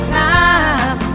time